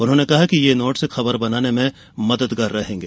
उन्होंने कहा कि ये नोट्स खबर बनाने में मददगार रहेगें